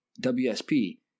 WSP